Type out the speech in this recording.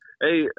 Hey